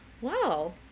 wow